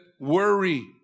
worry